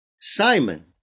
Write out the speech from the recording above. Simon